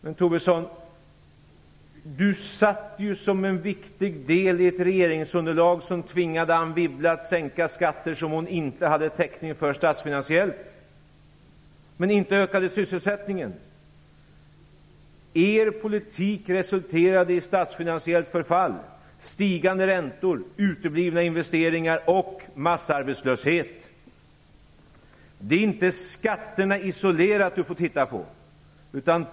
Men Tobisson satt som en viktig del i ett regeringsunderlag som tvingade Anne Wibble att sänka skatter som hon inte hade statsfinansiell täckning för. Men inte ökade sysselsättningen. Er politik resulterade i statsfinansiellt förfall, stigande räntor, uteblivna investeringar och massarbetslöshet. Det inte skatterna isolerat som Tobisson skall titta på.